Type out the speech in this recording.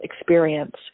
experience